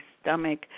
stomach